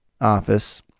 office